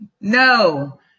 No